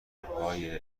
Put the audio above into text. کنتورهای